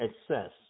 excess